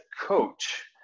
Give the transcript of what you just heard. coach